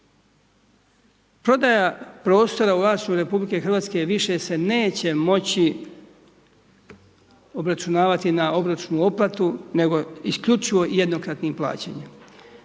Prodaja prostora u vlasništvu RH više se neće moći obračunavati na obročnu otplatu nego isključivo jednokratnim plaćanjem.